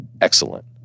excellent